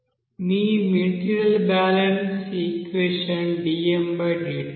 మీ material balance equation dmdt ఇది min